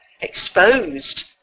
exposed